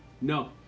No